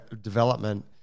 development